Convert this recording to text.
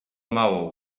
mało